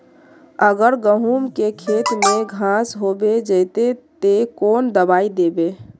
अगर गहुम के खेत में घांस होबे जयते ते कौन दबाई दबे?